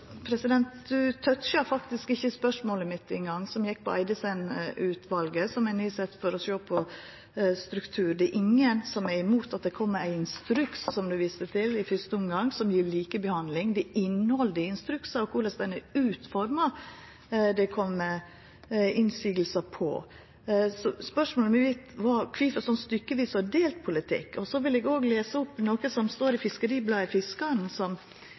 faktisk ikkje innom spørsmålet mitt ein gong, som gjekk på Eidesen-utvalet, som er sett ned for å sjå på struktur. Det er ingen som er imot at det i første omgang kjem ein instruks, som statsråden viste til, som gjev likebehandling. Det er innhaldet i instruksen og korleis han er utforma det er kome innvendingar mot. Så spørsmålet mitt er: Kvifor har ein ein slik stykkevis-og-delt-politikk? Så vil eg lesa opp noko som står i